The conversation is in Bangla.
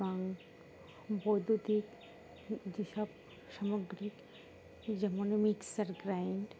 এবং বৈদ্যুতিক যেসব সামগ্রী যেমন মিক্সার গ্রাইন্ড